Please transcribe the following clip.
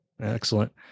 excellent